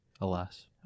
alas